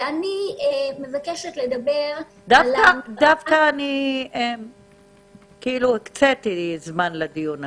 אני מבקשת לדבר --- דווקא הקציתי זמן לדיון הזה.